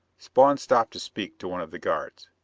spawn stopped to speak to one of the guards.